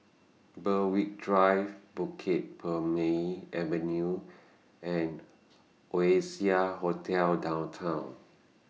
Berwick Drive Bukit Purmei Avenue and Oasia Hotel Downtown